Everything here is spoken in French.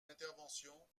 intervention